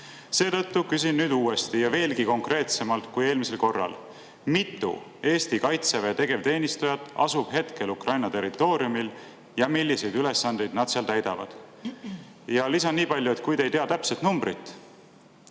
Seetõttu küsin nüüd uuesti ja veelgi konkreetsemalt kui eelmisel korral. Mitu Eesti Kaitseväe tegevteenistujat asub hetkel Ukraina territooriumil ja milliseid ülesandeid nad seal täidavad? Ja lisan nii palju, et kui te ei tea täpset numbrit,